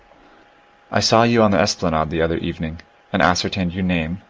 i saw you on the esplanade the other evening and ascertained your name,